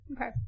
Okay